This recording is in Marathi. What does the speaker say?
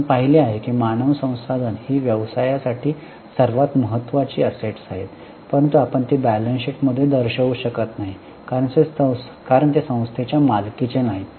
आपण पाहिले आहे की मानव संसाधने ही व्यवसायासाठी सर्वात महत्वाची असेट्स आहेत परंतु आपण ती बॅलन्स शीट मधून दर्शवू शकत नाही कारण ते संस्थे च्या मालकीचे नाहीत